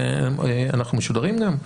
ואנחנו משודרים גם,